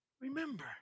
Remember